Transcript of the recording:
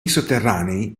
sotterranei